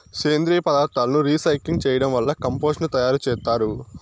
సేంద్రీయ పదార్థాలను రీసైక్లింగ్ చేయడం వల్ల కంపోస్టు ను తయారు చేత్తారు